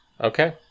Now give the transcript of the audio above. Okay